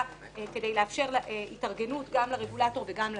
כדי לאפשר התארגנות גם לרגולטור וגם לסקטור.